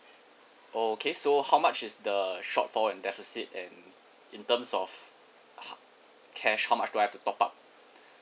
okay so how much is the short fall and deficit and in terms of how cash do I have to top up